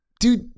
Dude